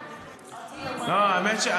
אלהואשלה,